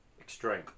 extreme